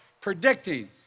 predicting